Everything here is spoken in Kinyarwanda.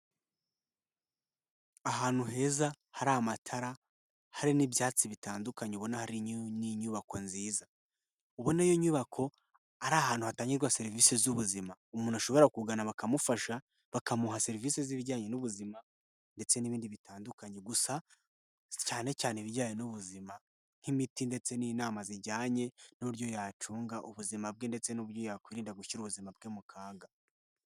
Ahantu heza hari amatara. Hari n'ibyatsi bitandukanye ubona hari n'inyubako nziza. Ubona iyo nyubako ari ahantu hatangirwazwa serivisi z'ubuzima umuntu ashobora kugana bakamufasha bakamuha serivisi z'ibijyanye n'ubuzima, ndetse n'ibindi bitandukanye. Gusa cyane cyane ibijyanye n'ubuzima nk'imiti ndetse n'inama zijyanye n'uburyo yacunga ubuzima bwe, ndetse n'uburyo yakwirinda gushyira ubuzima bwe mu kaga.